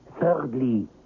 Thirdly